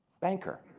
banker